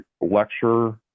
lecture